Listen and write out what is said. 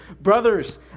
Brothers